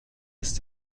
ist